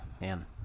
man